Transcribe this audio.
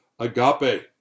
Agape